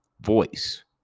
Voice